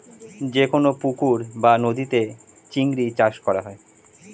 যে কোন পুকুর বা নদীতে চিংড়ি চাষ করা হয়